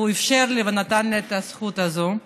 הוא אפשר לי ונתן לי את הזכות הזאת.